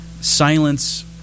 silence